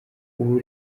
ubu